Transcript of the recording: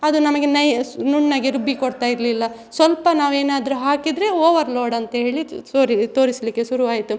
ಅದು ನಮಗೆ ನೈಸ್ ನುಣ್ಣಗೆ ರುಬ್ಬಿ ಕೊಡ್ತಾಯಿರ್ಲಿಲ್ಲ ಸ್ವಲ್ಪ ನಾವೇನಾದರು ಹಾಕಿದರೆ ಓವರ್ ಲೋಡಂಥೇಳಿ ತೋರಿ ತೋರಿಸಲಿಕ್ಕೆ ಶುರು ಆಯಿತು